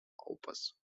opus